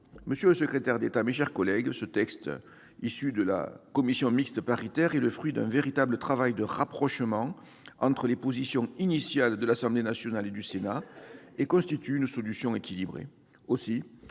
Monsieur le secrétaire d'État, mes chers collègues, le texte issu de la commission mixte paritaire est le fruit d'un véritable travail de rapprochement entre les positions initiales de l'Assemblée nationale et du Sénat. Son dispositif est équilibré.